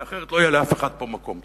כי אחרת לא יהיה לאף אחד פה מקום.